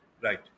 right